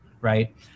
right